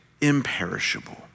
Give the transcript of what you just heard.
imperishable